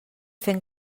fent